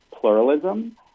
pluralism